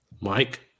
Mike